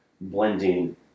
blending